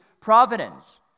providence